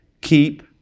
Keep